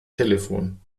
telefon